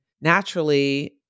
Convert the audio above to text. naturally